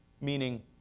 meaning